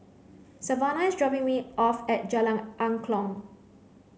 Savana is dropping me off at Jalan Angklong